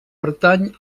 pertany